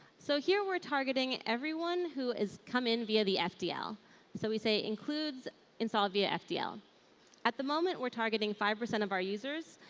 so here we're targeting everyone who has come in via the fdl. so we say includes install via fdl. at the moment, we're targeting five percent of our users.